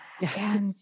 Yes